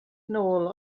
nôl